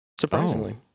surprisingly